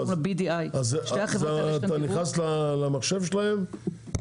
שקוראים לה BDI. אז אתה נכנס למחשב שלהם,